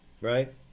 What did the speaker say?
right